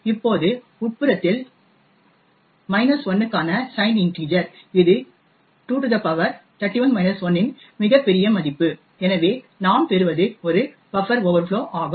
இப்போது உட்புறத்தில் 1 க்கான சைன்ட் இன்டிஜர் இது 2 power 31 1 இன் மிகப் பெரிய மதிப்பு எனவே நாம் பெறுவது ஒரு பஃப்பர் ஓவர்ஃப்ளோ ஆகும்